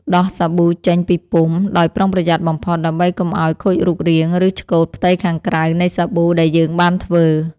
ដោះសាប៊ូចេញពីពុម្ពដោយប្រុងប្រយ័ត្នបំផុត ដើម្បីកុំឱ្យខូចរូបរាង ឬឆ្កូតផ្ទៃខាងក្រៅនៃសាប៊ូដែលយើងបានធ្វើ។